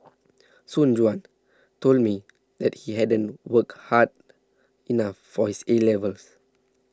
soon Juan told me that he hadn't worked hard enough for his A levels